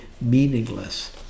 meaningless